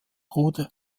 rohde